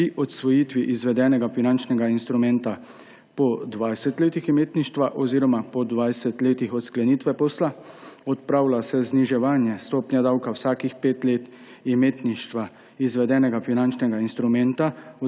pri odsvojitvi izvedenega finančnega instrumenta po 20 letih imetništva oziroma po 20 letih od sklenitve posla. Odpravlja se zniževanje stopnje davka vsakih pet let imetništva izvedenega finančnega instrumenta